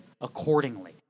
accordingly